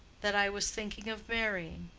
that i was thinking of marrying.